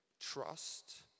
trust